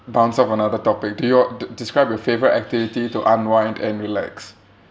bounce off another topic do your d~ describe your favourite activity to unwind and relax